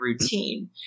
routine